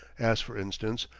as, for instance,